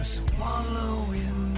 swallowing